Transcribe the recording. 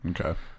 Okay